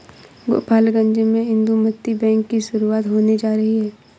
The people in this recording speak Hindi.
गोपालगंज में इंदुमती बैंक की शुरुआत होने जा रही है